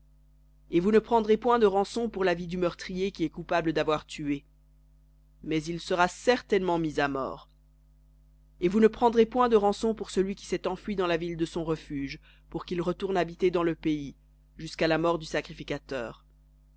et vous ne prendrez point de rançon pour la vie du meurtrier qui est coupable d'avoir tué mais il sera certainement mis à mort et vous ne prendrez point de rançon pour celui qui s'est enfui dans la ville de son refuge pour qu'il retourne habiter dans le pays jusqu'à la mort du sacrificateur